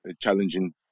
challenging